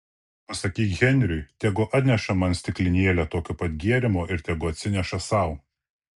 pasakyk henriui tegu atneša man stiklinėlę tokio pat gėrimo ir tegu atsineša sau